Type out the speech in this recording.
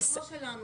--- שלנו,